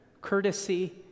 courtesy